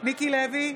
מיקי לוי,